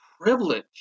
privilege